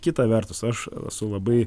kita vertus aš esu labai